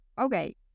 okay